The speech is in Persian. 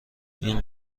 این